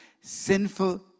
sinful